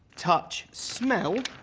touch, smell.